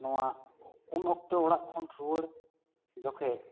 ᱱᱚᱣᱟ ᱤᱱ ᱚᱠᱛᱮ ᱚᱲᱟᱜ ᱠᱷᱚᱱ ᱨᱩᱭᱟᱹᱲ ᱡᱚᱠᱷᱮᱡ